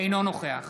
אינו נוכח